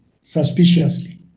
suspiciously